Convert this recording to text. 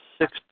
six